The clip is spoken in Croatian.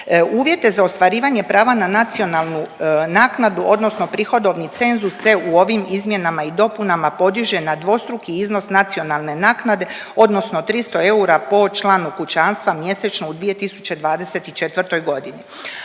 Uvjete za ostvarivanje prava na na nacionalnu naknadu odnosno prihodovni cenzus se u ovim izmjenama i dopunama podiže na dvostruki iznos nacionalne naknade odnosno 300 eura po članu kućanstva mjesečno u 2024.g..